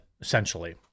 essentially